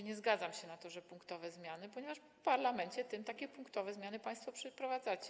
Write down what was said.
Nie zgadzam się z tym, że punktowe zmiany, ponieważ w parlamencie takie punktowe zmiany państwo przeprowadzacie.